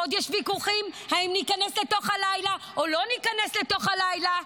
עוד יש ויכוחים אם ניכנס לתוך הלילה או לא ניכנס לתוך הלילה,